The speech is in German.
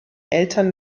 eltern